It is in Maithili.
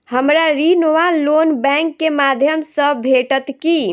हमरा ऋण वा लोन बैंक केँ माध्यम सँ भेटत की?